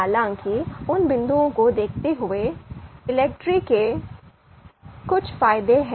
हालाँकि उन बिंदुओं को देखते हुए ELECTRE के कुछ फायदे हैं